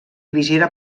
visera